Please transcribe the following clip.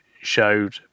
showed